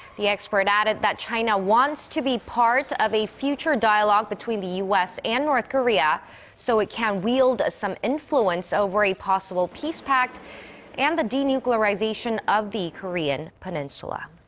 the expert added that china wants to be part of a future dialogue between the u s. and north korea so it can wield some influence over a possible peace pact and the denuclearization of the korean peninsula.